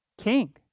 king